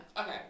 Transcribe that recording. Okay